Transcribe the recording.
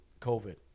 COVID